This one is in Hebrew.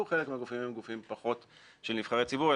וחלק מהגופים הם גופים פחות של נבחרי ציבור,